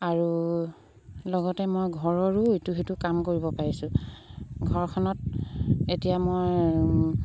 আৰু লগতে মই ঘৰৰো ইটো সেইটো কাম কৰিব পাৰিছোঁ ঘৰখনত এতিয়া মই